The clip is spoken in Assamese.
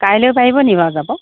কাইলৈ পাৰিব নি বাৰু যাব